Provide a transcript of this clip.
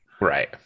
Right